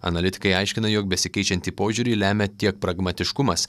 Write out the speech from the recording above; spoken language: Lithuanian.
analitikai aiškina jog besikeičiantį požiūrį lemia tiek pragmatiškumas